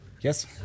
Yes